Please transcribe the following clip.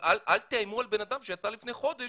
אבל אל תאיימו על בן אדם שיצא לפני חודש